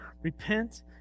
Repent